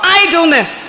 idleness